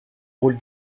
rôle